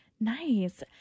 Nice